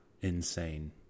insane